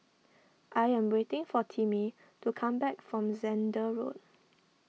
I am waiting for Timmy to come back from Zehnder Road